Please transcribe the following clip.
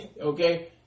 okay